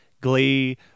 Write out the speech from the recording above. Glee